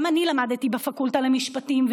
גם אני למדתי בפקולטה למשפטים,